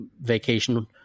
vacation